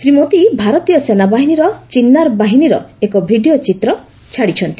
ଶ୍ରୀ ମୋଦି ଭାରତୀୟ ସେନାବାହିନୀର ଚିନାର ବାହିନୀର ଏକ ଭିଡିଓ ଚିତ୍ ଛାଡ଼ିଛନ୍ତି